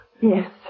Yes